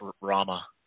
Rama